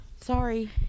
Sorry